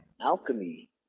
Alchemy